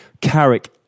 Carrick